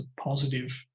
positive